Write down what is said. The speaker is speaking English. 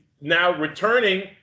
now-returning